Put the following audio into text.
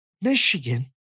Michigan